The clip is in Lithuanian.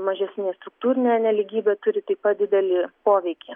mažesni struktūrinė nelygybė turi taip pat didelį poveikį